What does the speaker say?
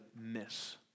miss